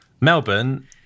Melbourne